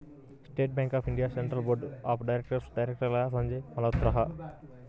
state Bank of India Central Board of డైరెక్టర్స్లో డైరెక్టర్గా శ్రీ సంజయ్ మల్హోత్రా